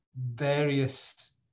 various